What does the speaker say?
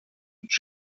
mit